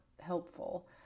helpful